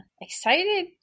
excited